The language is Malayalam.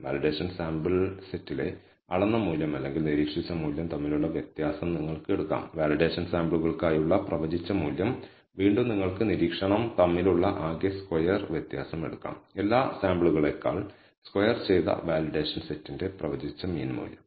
വാലിഡേഷൻ സാമ്പിൾ സെറ്റിലെ അളന്ന മൂല്യം അല്ലെങ്കിൽ നിരീക്ഷിച്ച മൂല്യം തമ്മിലുള്ള വ്യത്യാസം നിങ്ങൾക്ക് എടുക്കാം വാലിഡേഷൻ സാമ്പിളുകൾക്കായുള്ള പ്രവചിച്ച മൂല്യം വീണ്ടും നിങ്ങൾക്ക് നിരീക്ഷണം തമ്മിലുള്ള ആകെ സ്ക്വയർ വ്യത്യാസം എടുക്കാം എല്ലാ സാമ്പിളുകളേക്കാൾ സ്ക്വയർ ചെയ്ത വാലിഡേഷൻ സെറ്റിന്റെ പ്രവചിച്ച മീൻ മൂല്യം